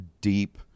deep